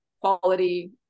quality